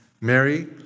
Mary